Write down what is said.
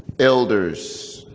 elders,